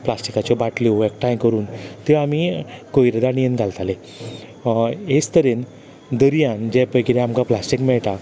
प्लास्टिकाच्यो बाटल्यो एकठांय करून त्यो आमी कोयरां गाडयेन घालताले हेच तरेन दर्यान जें पळय कितें आमकां प्लास्टीक मेळटा